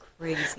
crazy